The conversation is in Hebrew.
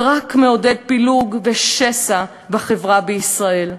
ורק מעודד פילוג ושסע בחברה בישראל.